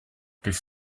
this